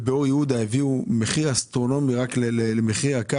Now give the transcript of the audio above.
ובאור יהודה הביאו מחיר אסטרונומי לקרקע,